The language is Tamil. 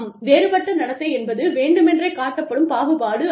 வேறுபட்ட நடத்தை என்பது வேண்டுமென்றே காட்டப்படும் பாகுபாடு ஆகும்